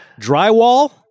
drywall